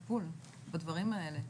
הטיפול בדברים האלה.